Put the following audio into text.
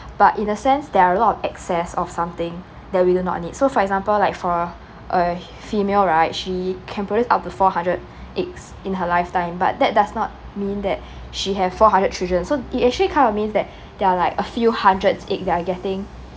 but in a sense they're a lot of excess of something that we do not need so for example like for a female right she can produce up to four hundred eggs in her lifetime but that does not mean that she have four hundred children so it actually kind of means that there're like a few hundreds egg that are getting